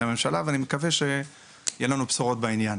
הממשלה ואני מקווה שיהיו לנו בשורות בעניין.